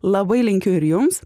labai linkiu ir jums